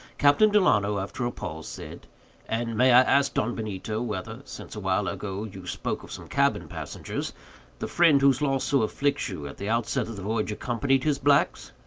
captain delano, after a pause, said and may i ask, don benito, whether since awhile ago you spoke of some cabin passengers the friend, whose loss so afflicts you, at the outset of the voyage accompanied his blacks?